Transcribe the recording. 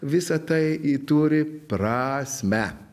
visa tai i turi prasmę